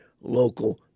local